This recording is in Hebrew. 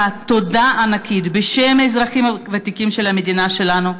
אני רוצה להגיד לך תודה ענקית בשם האזרחים הוותיקים של המדינה שלנו,